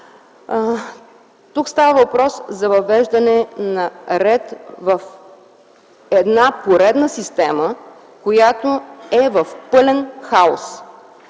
Тук става въпрос за въвеждане на ред в една поредна система, която е в пълен хаос: